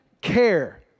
care